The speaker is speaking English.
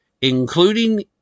including